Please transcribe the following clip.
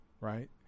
right